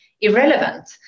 irrelevant